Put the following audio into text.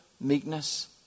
meekness